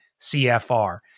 CFR